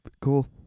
Cool